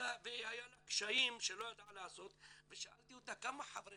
היו לה קשיים שלא ידעה לעשות ושאלתי אותה "כמה חברי